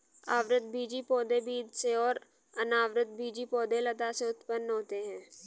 आवृतबीजी पौधे बीज से और अनावृतबीजी पौधे लता से उत्पन्न होते है